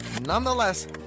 Nonetheless